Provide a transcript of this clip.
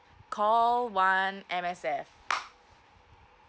call one M_S_F